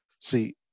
see